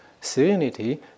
serenity